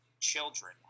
children